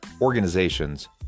organizations